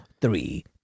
three